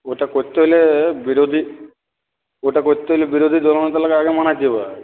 ওটা করতে হলে বিরোধী ওটা করতে হলে বিরোধী দলনেতাকে আগে মানাতে হবে